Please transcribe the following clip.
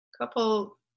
couple